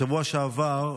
בשבוע שעבר,